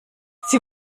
sie